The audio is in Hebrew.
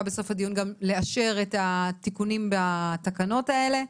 בסוף הדיון גם לאשר את התיקונים בתקנות האלה,